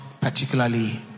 particularly